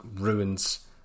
ruins